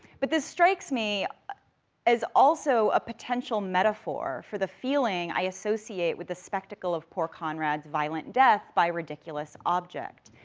but this strikes me as also a potential metaphor for the feeling i associate with the spectacle of poor conrad's violent death by a ridiculous object.